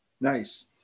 Nice